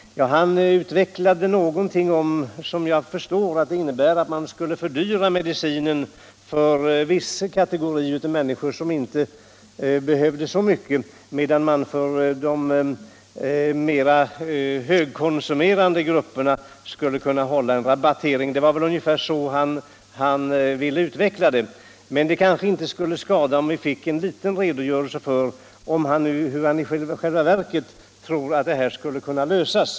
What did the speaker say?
Om jag förstod honom rätt skulle det innebära en fördyring av medicinen för de kategorier av människor som inte behöver så mycket, medan de mera högkonsumerande grupperna skulle kunna erhålla rabatt. Det var väl ungefär så herr Romanus ville ha det. Men det kanske inte skulle skada om vi fick en liten redogörelse för hur han i själva verket tror att frågan skulle kunna lösas.